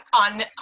on